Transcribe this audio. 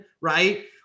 right